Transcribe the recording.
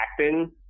acting